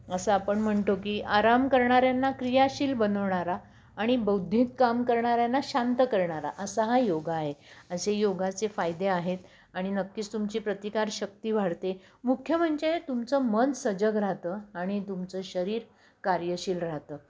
असं आपण म्हणतो की आराम करणाऱ्यांना क्रियाशील बनवणारा आणि बौद्धिक काम करणाऱ्यांना शांत करणारा असा हा योगा आहे असे योगाचे फायदे आहेत आणि नक्कीच तुमची प्रतिकारशक्ती वाढते मुख्य म्हणजे आहे तुमचं मन सजग राहतं आणि तुमचं शरीर कार्यशील राहतं